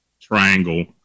triangle